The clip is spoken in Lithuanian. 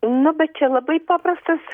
nu bet čia labai paprastas